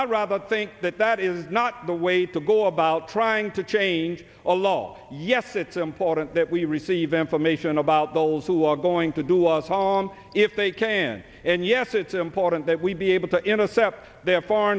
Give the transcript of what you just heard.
i rather think that that is not the way to go about trying to change a law yes it's important that we receive information about those who are going to do us harm if they can and yes it's important that we be able to intercept their fore